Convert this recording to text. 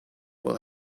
will